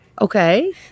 Okay